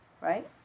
right